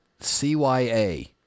CYA